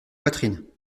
poitrines